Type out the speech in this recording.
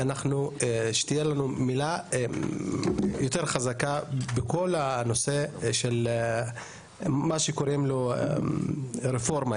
ושתהיה לנו מילה יותר חזקה בכל הנושא של מה שקוראים לו רפורמה,